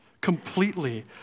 completely